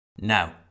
Now